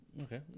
okay